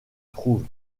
trouve